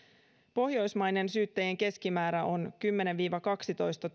pohjoismainen syyttäjien keskimäärä on kymmenen viiva kaksitoista